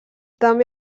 també